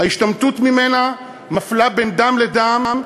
ההשתמטות ממנה מפלה בין דם לדם,